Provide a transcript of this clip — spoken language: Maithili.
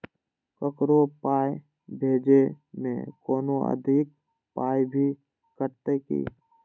ककरो पाय भेजै मे कोनो अधिक पाय भी कटतै की?